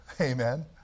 Amen